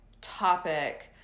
topic